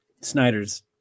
Snyder's